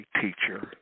teacher